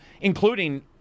including